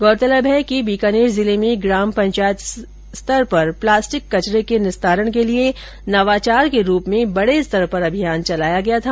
गौरतलब है कि बीकानेर जिले में ग्राम पंचायत स्तर पर प्लास्टिक कचरे के निस्तारण के लिए नवाचार के रूप में बर्डे स्तर पर अभियान चलाया गया था